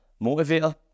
motivator